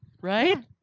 right